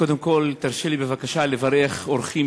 קודם כול תרשה לי בבקשה לברך אורחים